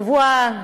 סליחה.